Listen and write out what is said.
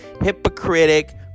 hypocritic